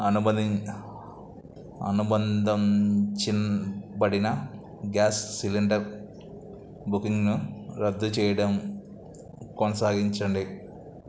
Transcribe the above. అనుబధిం అనుబంధించబడిన gas cylinder బుకింగ్ను రద్దు చేయడం కొనసాగించండి